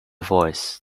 voice